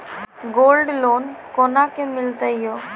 Gold loan कोना के मिलते यो?